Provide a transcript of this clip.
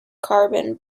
carbon